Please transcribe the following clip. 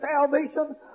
salvation